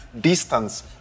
distance